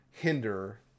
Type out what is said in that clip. hinder